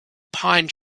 pine